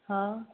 हा